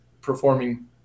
performing